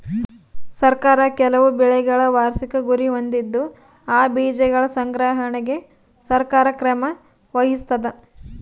ಸರ್ಕಾರ ಕೆಲವು ಬೆಳೆಗಳ ವಾರ್ಷಿಕ ಗುರಿ ಹೊಂದಿದ್ದು ಆ ಬೀಜಗಳ ಸಂಗ್ರಹಣೆಗೆ ಸರ್ಕಾರ ಕ್ರಮ ವಹಿಸ್ತಾದ